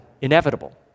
inevitable